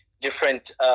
different